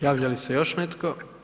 Javlja li se još netko?